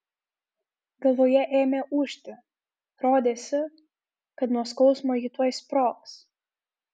galvoje ėmė ūžti rodėsi kad nuo skausmo ji tuoj sprogs